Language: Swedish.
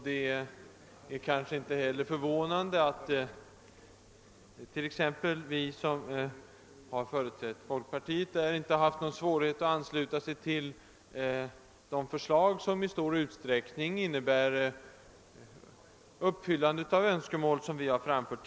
Det är kanske inte heller förvånande att t.ex. vi som där har företrätt folkpartiet inte har haft någon svårighet att ansluta oss till propositionens förslag, som i stor utsträckning innebär uppfyllande av önskemål som vi tidigare har framfört.